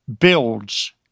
builds